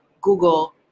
Google